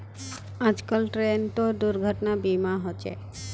आजकल ट्रेनतो दुर्घटना बीमा होचे